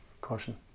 caution